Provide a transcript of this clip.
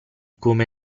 come